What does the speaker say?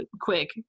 quick